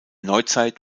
neuzeit